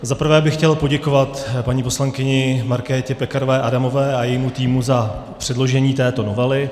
Za prvé bych chtěl poděkovat paní poslankyni Markétě Pekarové Adamové a jejímu týmu za předložení této novely.